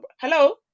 hello